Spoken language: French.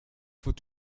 faut